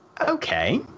okay